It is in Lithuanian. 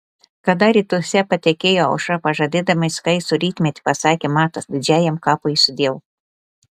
kada rytuose patekėjo aušra pažadėdama skaistų rytmetį pasakė matas didžiajam kapui sudiev